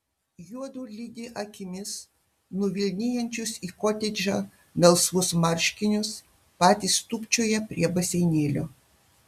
juodu lydi akimis nuvilnijančius į kotedžą melsvus marškinius patys tūpčioja prie baseinėlio